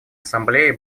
ассамблее